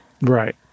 Right